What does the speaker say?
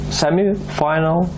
semi-final